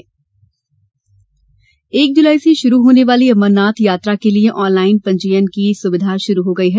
अमरनाथ यात्रा एक जुलाई से शुरू होने वाली अमरनाथ यात्रा के लिये ऑनलाइन पंजीयन की सुविधा शुरू हो गई है